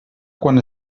quan